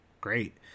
great